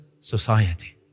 society